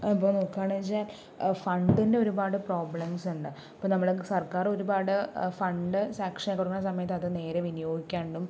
അപ്പോൾ നോക്കാണ്ച്ചാൽ ഫണ്ടിൻറെ ഒരുപാട് പ്രോബ്ലംസ് ഉണ്ട് അപ്പോൾ നമ്മളെ സർക്കാർ ഒരുപാട് ഫണ്ട് സാക്ഷനാക്കി കൊടുക്കുന്ന സമയത്ത് അത് നേരെ വിനിയോഗിക്കാണ്ടും